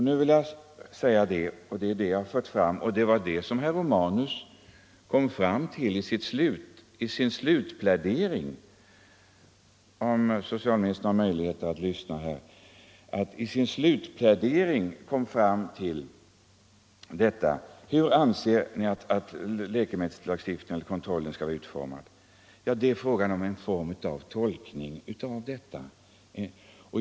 På den frågan vill jag svara detsamma som herr Romanus kom fram till i sin slutplädering, nämligen att det är fråga om en tolkning.